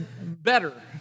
better